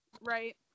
right